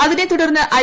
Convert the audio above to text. അതിനെ തുടർന്ന് ഐ